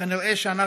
כנראה אנחנו